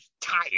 tired